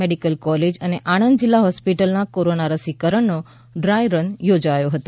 medical college અને આણંદ જિલ્લા હોસ્પિટલમાં કોરોના રસીકરણનો ડ્રાય રન યોજાયો હતો